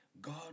God